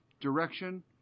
direction